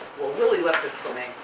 well, willy left this for me.